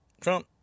Trump